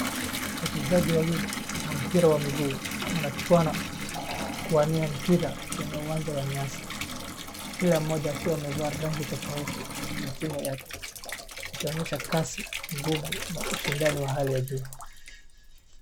Wachezaji wawili wa mpira wa miguu wanachuana kuwania mpira kwenye uwanja wa nyasi, kila mmoja akiwa amevaa rangi tofauti za timu yake akionyesha kasi, nguvu na ushindani wa hali ya juu.